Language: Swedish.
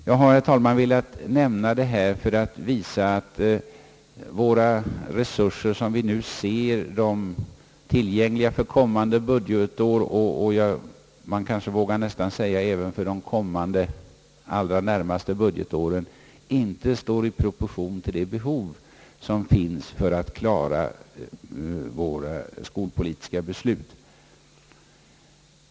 Jag har, herr talman, velat nämna detta för att visa att våra tillgängliga resurser, såsom vi nu kan se dem för det kommande budgetåret och kanske även för de därefter allra närmast liggande budgetåren, inte står i proportion till de behov som föreligger när det gäller att gå i land med våra skolpolitiska beslut.